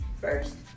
first